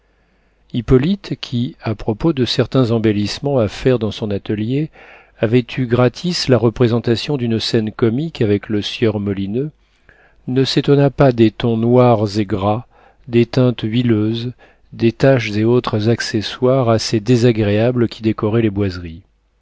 hippolyte qui à propos de certains embellissements à faire dans son atelier avait eu gratis la représentation d'une scène comique avec le sieur molineux ne s'étonna pas des tons noirs et gras des teintes huileuses des taches et autres accessoires assez désagréables qui décoraient les boiseries